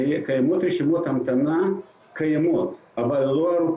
קיימות רשימות המתנה, קיימות, אבל לא ארוכות.